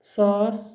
ساس